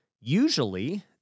usually